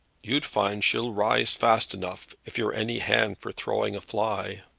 you'd find she'll rise fast enough, if you're any hand for throwing a fly.